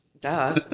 Duh